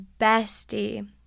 bestie